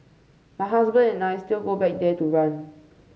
my husband and I still go back there to run